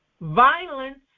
violence